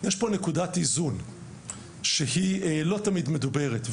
יש פה נקודת איזון שלא תמיד מדוברת.